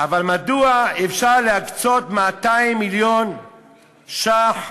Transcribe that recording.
אבל מדוע אפשר להקצות 200 מיליון ש"ח